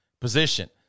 position